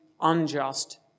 unjust